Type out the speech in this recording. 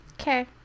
Okay